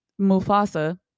Mufasa